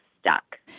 stuck